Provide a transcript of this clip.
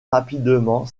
rapidement